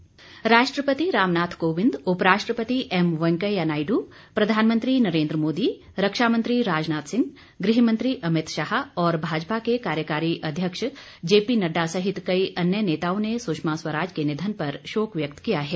शोक राष्ट्रपति रामनाथ कोविंद उपराष्ट्रपति एम वेंकैया नायड् प्रधानमंत्री नरेंद्र मोदी रक्षामंत्री राजनाथ सिंह गृहमंत्री अमित शाह और भाजपा के कार्यकारी अध्यक्ष जेपी नड़डा सहित कई अन्य नेताओं ने सुषमा स्वंराज के निधन पर शोक व्यक्त किया है